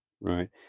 right